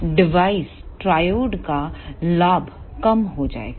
तो इस device triad का लाभ कम हो जाएगा